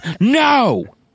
No